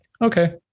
okay